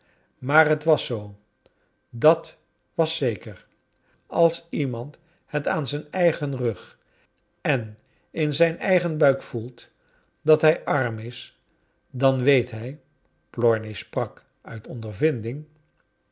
maar t was zoo dat was zeker als iemand het aan zijn eigen rug en in zij a eigen buik voelt dat hij arm is dan weet hij plornish sprak uit ondervinding